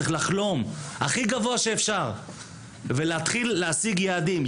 צריך לחלום הכי גבוה שאפשר ולהתחיל להשיג יעדים,